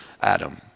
Adam